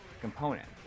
component